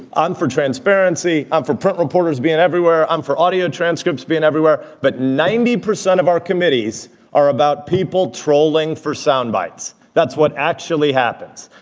on for transparency and for print reporters being everywhere. i'm for audio transcripts being everywhere. but ninety percent of our committees are about people trolling for soundbites. that's what actually happens.